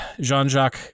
Jean-Jacques